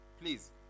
please